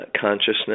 consciousness